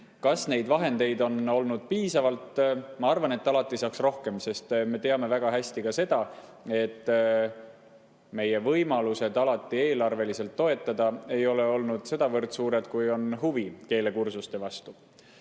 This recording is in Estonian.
Kas neid vahendeid on olnud piisavalt? Ma arvan, et alati saaks rohkem. Me teame väga hästi, et meie võimalused eelarveliselt seda õpet toetada ei ole olnud nii suured, kui on huvi keelekursuste vastu.